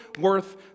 worth